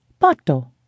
Pato